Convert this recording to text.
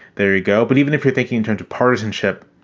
there you go. but even if you're thinking turned to partisanship,